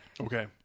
Okay